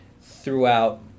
throughout